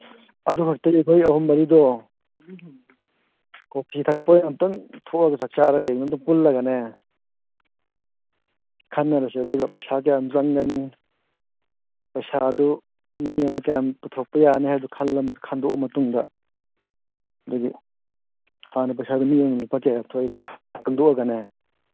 ꯑꯗꯨ ꯍꯧꯖꯤꯛꯀꯤ ꯑꯩꯈꯣꯏ ꯑꯍꯨꯝ ꯃꯔꯤꯗꯣ ꯀꯣꯐꯤ ꯊꯛꯄ ꯑꯣꯏꯅ ꯑꯝꯇꯪ ꯊꯣꯛꯑꯒ ꯆꯥꯛ ꯆꯥꯔꯒ ꯑꯣꯏ ꯄꯨꯜꯂꯒꯅꯦ ꯈꯟꯅꯔꯁꯦ ꯑꯗꯨꯒ ꯄꯩꯁꯥ ꯀꯌꯥꯝ ꯆꯪꯒꯅꯤ ꯄꯩꯁꯥꯗꯨ ꯃꯤ ꯑꯃꯗꯩ ꯀꯌꯥ ꯄꯨꯊꯣꯛꯄ ꯌꯥꯅꯤꯗꯨ ꯈꯟꯗꯣꯛꯑ ꯃꯇꯨꯡꯗ ꯑꯗꯨꯒꯤ ꯍꯥꯟꯅ ꯄꯩꯁꯥꯗꯨ ꯃꯤ ꯑꯃꯃꯗ ꯂꯨꯄꯥ ꯀꯌꯥ ꯊꯣꯛꯏꯗꯣ ꯈꯪꯗꯣꯛꯑꯒꯅꯦ